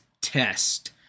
Test